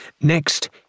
Next